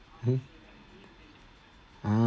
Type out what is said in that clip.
hmm uh